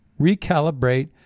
Recalibrate